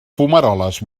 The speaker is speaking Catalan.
fumaroles